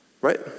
Right